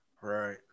right